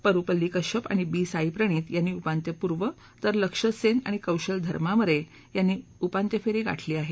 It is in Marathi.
परुपल्ली कश्यप आणि बी साईप्रणीत यांनी उपांत्यपूर्व तर लक्ष्य सेन आणि कौशल धर्मामरे यांनी उपांत्य फेरी गाठली आहे